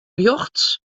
rjochts